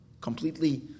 completely